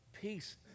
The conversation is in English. peace